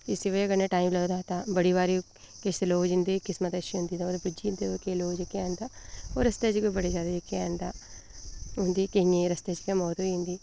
इस बजह् कन्नै टाइम लगदा तां बड़ी बारी किश लोग जिं'दी किस्मत बड़ी अच्छी होंदी ते ओह् पुज्जी जंदे केईं लोग तां ओह् रस्ते च केईं बड़े सारे लोक न उं'दी केइयें दी रस्ते च गै मौत होई जंदी